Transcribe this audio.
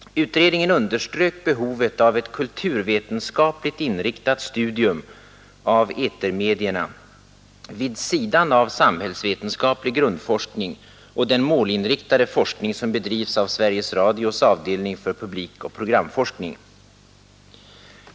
Utredningen underströk behovet av ett kulturvetenskapligt inriktat studium av etermedierna vid sidan av samhällsvetenskaplig grundforskning och den målinriktade forskning som bedrivs av Sveriges Radios avdelning för publikoch programforskning.